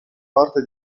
parte